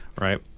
right